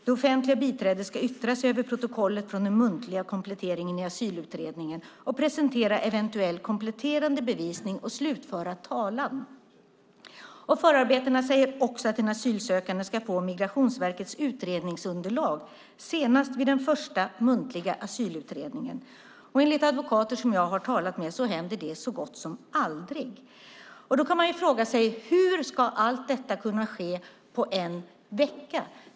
Det offentliga biträdet ska yttra sig över protokollet från den muntliga kompletteringen i asylutredningen och presentera eventuell kompletterande bevisning och slutföra talan. Förarbetena säger också att den asylsökande ska få Migrationsverkets utredningsunderlag senast vid den första muntliga asylutredningen. Enligt advokater som jag har talat med händer det så gott som aldrig. Då kan man fråga sig hur allt detta ska kunna ske på en vecka.